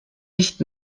nicht